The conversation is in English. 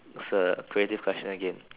it's a creative question again